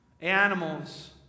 animals